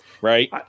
right